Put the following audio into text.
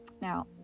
Now